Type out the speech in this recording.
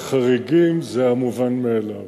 החריגים זה המובן מאליו.